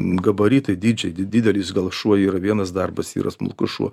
gabaritai dydžiai didelis gal šuo yra vienas darbas yra smulkus šuo